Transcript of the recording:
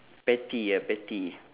petty ya petty